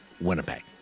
Winnipeg